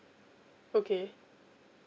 okay